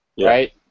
right